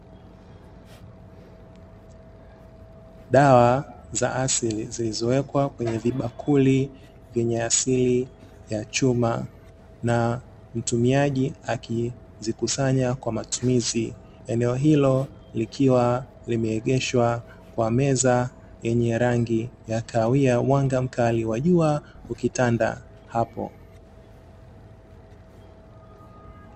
Dawa za asili zilizowekwa kwenye vibakuli vyenye asili ya chuma na mtumiaji akizikusanya kwa matumizi, eneo hilo likiwa limeegeshwa kwa meza yenye rangi ya kahawia, mwanga mkali wa jua ukitanda hapo.